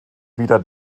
wieder